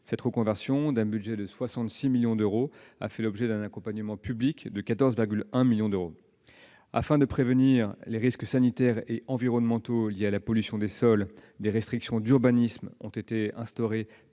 Cette reconversion, d'un budget de 66 millions d'euros, a fait l'objet d'un accompagnement public de 14,1 millions d'euros. Afin de prévenir les risques sanitaires et environnementaux liés à la pollution des sols, des restrictions d'urbanisme ont été instaurées